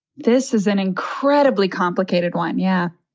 this is an incredibly complicated one yeah,